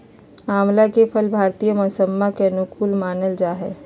आंवला के फल भारतीय मौसम्मा के अनुकूल मानल जाहई